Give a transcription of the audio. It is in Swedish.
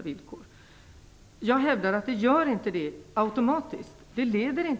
Tack så hjärtligt!